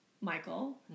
Michael